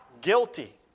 guilty